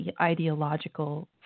ideological